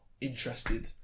interested